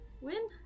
win